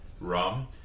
Rum